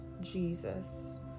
jesus